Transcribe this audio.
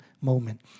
moment